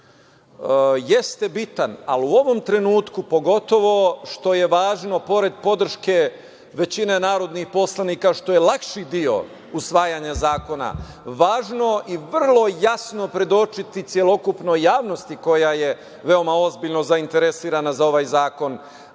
jeste bitan, ali u ovom trenutku pogotovo što je važno pored podrške većine narodnih poslanika, što je lakši deo usvajanja zakona, važno i vrlo jasno predočiti celokupnoj javnosti koja je veoma ozbiljno zainteresovana za ovaj zakon